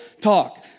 talk